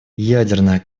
ядерная